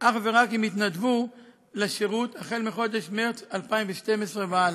אך ורק אם התנדבו לשירות החל מחודש מרס 2012 והלאה.